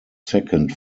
second